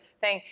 thing,